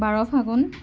বাৰ ফাগুন